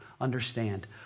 Understand